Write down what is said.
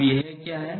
अब यह क्या है